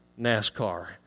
NASCAR